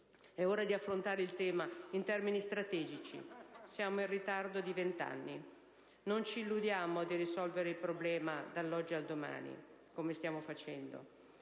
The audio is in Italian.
È ora di affrontare il tema in termini strategici. Siamo in ritardo di 20 anni. Non ci illudiamo di risolvere questo problema dall'oggi al domani, come stiamo facendo.